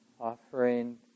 offering